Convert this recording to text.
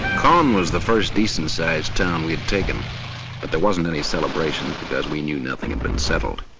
caen was the first decent sized town we'd taken but there wasn't any celebration because we knew nothing had been settled.